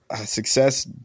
success